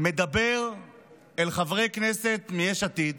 מדבר אל חברי כנסת מיש עתיד